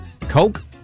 Coke